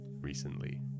recently